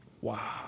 Wow